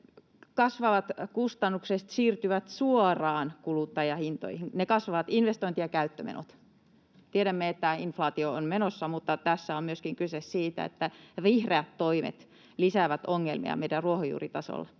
Kasvavat kustannukset siirtyvät suoraan kuluttajahintoihin — ne kasvavat investointi- ja käyttömenot. Tiedämme, että inflaatio on menossa, mutta tässä on myöskin kyse siitä, että vihreät toimet lisäävät ongelmia meidän ruohonjuuritasolla.